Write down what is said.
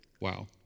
Wow